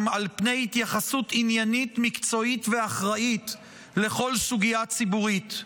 על פני התייחסות עניינית מקצועית ואחראית לכל סוגיה ציבורית.